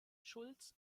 schulz